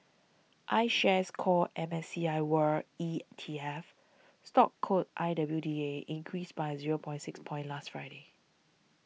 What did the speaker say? iShares Core M S C I world E T F stock code I W D A increased by zero point six points last Friday